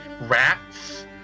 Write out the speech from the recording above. rats